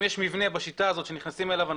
אם יש מבנה בשיטה הזאת שנכנסים אליו אנשים,